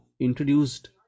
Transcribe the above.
introduced